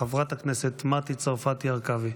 חברת הכנסת מטי צרפתי הרכבי.